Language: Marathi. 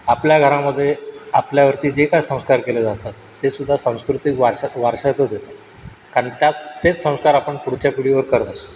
आपल्या घरामध्ये आपल्यावरती जे काय संस्कार केले जातात ते सुद्धा सांस्कृतिक वारशात वारशातच येतात कारण त्याच तेच संस्कार आपण पुढच्या पिढीवर करत असतो